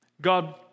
God